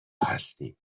هستیم